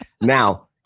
Now